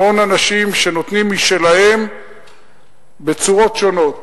המון אנשים שנותנים משלהם בצורות שונות,